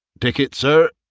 tickets, sir!